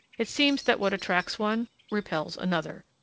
it seems that what attracts one repels another,